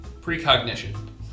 precognition